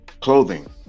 clothing